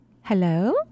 Hello